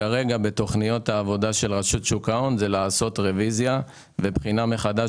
תכנית העבודה של רשות שוק ההון היא לעשות רביזיה ובחינה מחדש,